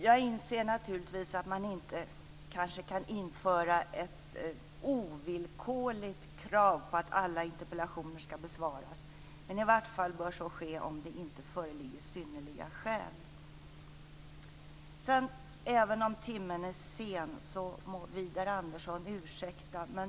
Jag inser att det inte går att införa ett ovillkorligt krav på att alla interpellationer skall besvaras. Men i vart fall bör så ske om det inte föreligger synnerliga skäl. Timmen är sen, men Widar Andersson må ursäkta.